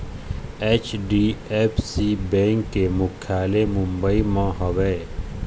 HDFC bank के मुख्यालय मुंबई म हवय